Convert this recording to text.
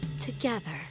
together